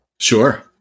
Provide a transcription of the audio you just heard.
Sure